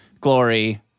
glory